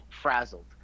frazzled